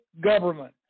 government